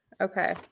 Okay